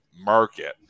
market